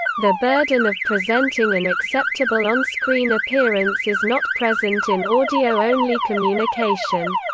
the burden of presenting an acceptable on-screen appearance is not present in audio-only communication.